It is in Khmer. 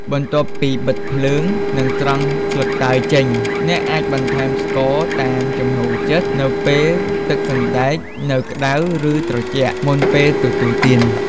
បន្ទាប់ពីបិទភ្លើង និងស្រង់ស្លឹកតើយចេញ អ្នកអាចបន្ថែមស្ករសតាមចំណូលចិត្តនៅពេលទឹកសណ្តែកនៅក្ដៅ ឬត្រជាក់ មុនពេលទទួលទាន។